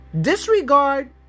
Disregard